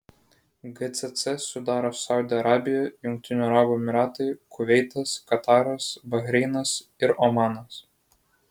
gcc sudaro saudo arabija jungtinių arabų emyratai kuveitas kataras bahreinas ir omanas